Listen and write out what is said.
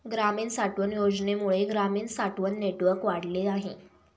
ग्रामीण साठवण योजनेमुळे ग्रामीण साठवण नेटवर्क वाढले आहे